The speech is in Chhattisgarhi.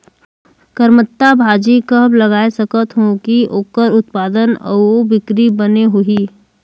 करमत्ता भाजी कब लगाय सकत हो कि ओकर उत्पादन अउ बिक्री बने होही?